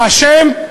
האשם: